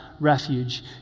refuge